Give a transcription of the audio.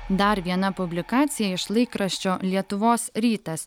dar viena publikacija iš laikraščio lietuvos rytas